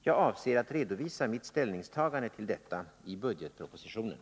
Jag avser att redovisa mitt ställningstagande till detta i budgetpropositionen.